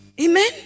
Amen